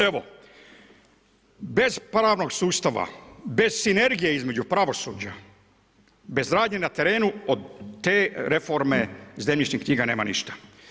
Evo, bez paravnog sustava, bez sinergije između pravosuđa, bez radnje na terenu od te reforme zemljišnih knjiga nema ništa.